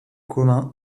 communs